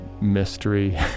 mystery